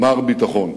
מר ביטחון.